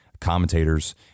Commentators